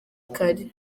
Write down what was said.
kare